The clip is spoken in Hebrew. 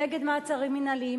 נגד מעצרים מינהליים,